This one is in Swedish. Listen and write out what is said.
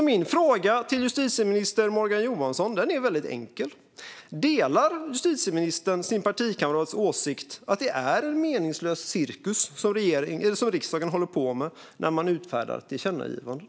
Min fråga till justitieminister Morgan Johansson är väldigt enkel: Delar justitieministern sin partikamrats åsikt att det är en meningslös cirkus som riksdagen håller på med när den utfärdar tillkännagivanden?